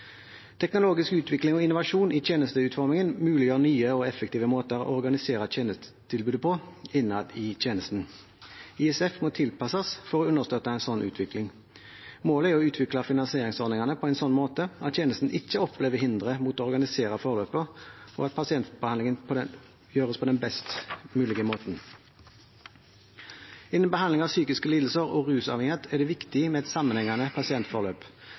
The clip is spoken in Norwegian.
Teknologisk utvikling og innovasjon i tjenesteutformingen muliggjør nye og effektive måter å organisere tjenestetilbudet på innad i tjenesten. ISF må tilpasses for å understøtte en sånn utvikling. Målet er å utvikle finansieringsordningene på en sånn måte at tjenesten ikke opplever hindre mot å organisere forløpet og at pasientbehandlingen gjøres på best mulig måte. Innen behandling av psykiske lidelser og rusavhengighet er det viktig med et sammenhengende pasientforløp.